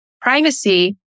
privacy